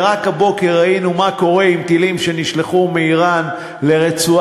ורק הבוקר ראינו מה קורה עם טילים שנשלחו מאיראן לרצועת-עזה.